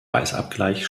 weißabgleich